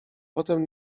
potem